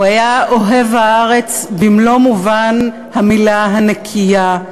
הוא היה אוהב הארץ במלוא מובן המילה הנקייה,